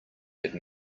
had